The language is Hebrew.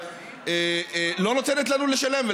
לא נותנת לנו לשלם.